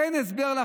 אין הסבר,